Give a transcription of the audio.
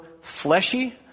fleshy